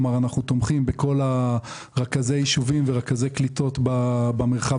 אנחנו תומכים בכל רכזי הישובים ורכזי קליטות במרחב